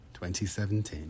2017